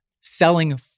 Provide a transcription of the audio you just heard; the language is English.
selling